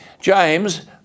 James